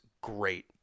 great